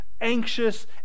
anxious